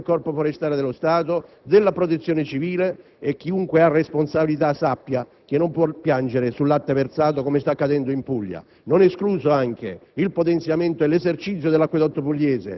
strutture necessarie per la manutenzione, per il potenziamento del Corpo forestale dello Stato e della Protezione civile, e chiunque ha responsabilità sappia che non può piangere sul latte versato come sta accadendo in Puglia.